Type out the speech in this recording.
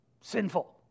sinful